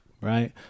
right